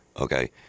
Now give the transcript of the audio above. Okay